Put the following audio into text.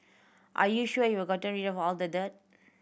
are you sure you're gotten rid of all the dirt